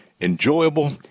enjoyable